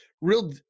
real